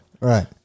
Right